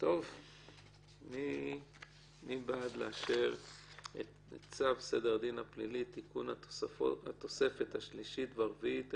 מי בעד לאשר את צו סדר הדין הפלילי (תיקון התוספת השלישית והרביעית),